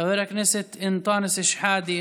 חבר הכנסת אנטאנס שחאדה,